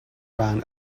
ran